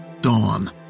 Dawn